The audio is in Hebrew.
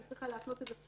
אני צריכה להפנות את זה.